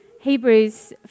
Hebrews